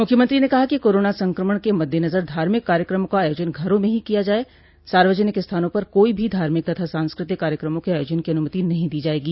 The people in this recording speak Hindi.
मुख्यमंत्री ने कहा कि कोरोना संक्रमण के मद्देनजर धार्मिक कार्यक्रमों का आयोजन घरों में ही किया जाये सार्वजनिक स्थानों पर कोई भी धार्मिक तथा सांस्कृतिक कार्यक्रमों के आयोजन की अनुमति नहीं दी जायेगी